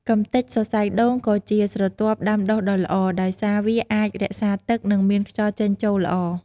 កម្ទេចសរសៃដូងក៏ជាស្រទាប់ដាំដុះដ៏ល្អ ដោយសារវាអាចរក្សាទឹក និងមានខ្យល់ចេញចូលល្អ។